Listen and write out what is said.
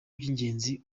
by’ingenzi